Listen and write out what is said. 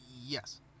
Yes